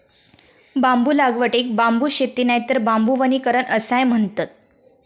बांबू लागवडीक बांबू शेती नायतर बांबू वनीकरण असाय म्हणतत